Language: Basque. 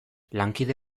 lankide